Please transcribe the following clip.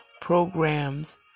programs